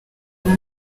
buri